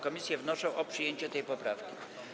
Komisje wnoszą o przyjęcie tej poprawki.